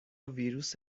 ویروس